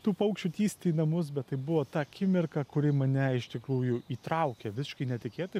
tų paukščių tįsti į namus bet tai buvo ta akimirka kuri mane iš tikrųjų įtraukė visiškai netikėtai